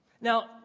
Now